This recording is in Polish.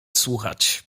słuchać